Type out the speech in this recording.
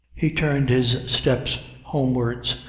he turned his steps homewards,